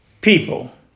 people